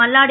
Malladi